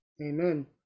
Amen